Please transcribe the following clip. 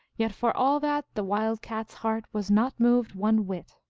yet for all that the wild cat s heart was not moved one whit.